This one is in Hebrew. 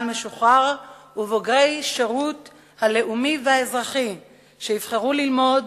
משוחררים ובוגרי השירות הלאומי והאזרחי שיבחרו ללמוד